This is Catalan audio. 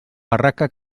barraca